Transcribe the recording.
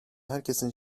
herkesin